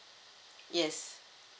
yes